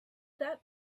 that